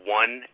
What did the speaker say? one